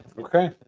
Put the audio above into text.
Okay